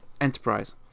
Enterprise